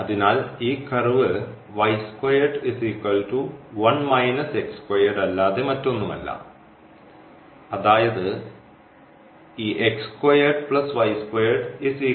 അതിനാൽ ഈ കർവ് അല്ലാതെ മറ്റൊന്നുമല്ല അതായത് ഈ